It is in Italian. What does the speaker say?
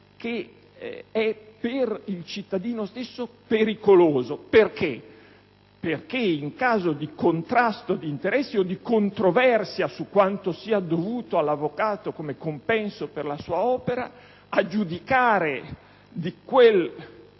che per il cittadino stesso è pericoloso. Infatti, in caso di contrasto di interessi o di controversia su quanto sia dovuto all'avvocato come compenso per la sua opera, a giudicare di quel